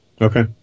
Okay